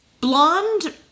Blonde